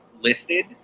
listed